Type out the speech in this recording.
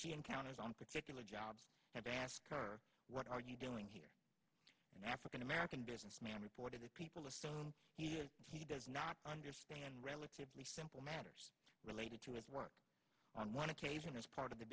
she encounters on particular jobs have asked her what are you doing here an african american businessman reported that people assume he does not understand relatively simple matters related to his work on one occasion as part of the